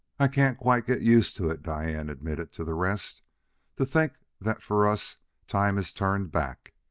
i can't quite get used to it, diane admitted to the rest to think that for us time has turned back.